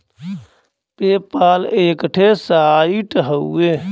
पे पाल एक ठे साइट हउवे